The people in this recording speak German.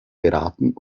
beraten